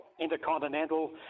intercontinental